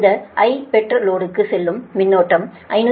இந்த I பெற்ற லோடுக்கு செல்லும் மின்னோட்டம் 551